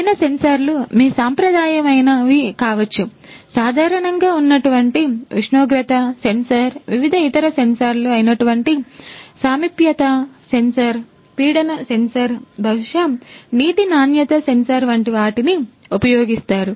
విభిన్న సెన్సార్లు మీ సాంప్రదాయమైనవి కావచ్చు సాధారణంగా ఉన్నటువంటి ఉష్ణోగ్రత సెన్సార్ వివిధ ఇతర సెన్సార్లు అయినటువంటి సామీప్యత సెన్సార్ బహుశా నీటి నాణ్యత సెన్సార్ వంటివాటిని ఉపయోగిస్తారు